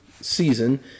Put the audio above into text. season